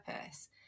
purpose